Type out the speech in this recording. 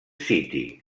city